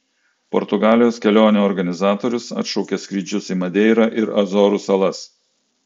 portugalijos kelionių organizatorius atšaukia skrydžius į madeirą ir azorų salas